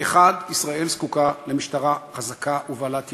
1. ישראל זקוקה למשטרה חזקה ובעלת יכולת,